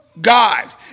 God